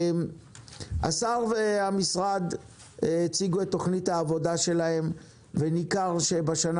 השר והמשרד הציגו את תוכנית עבודה שלהם וניכר שבשנה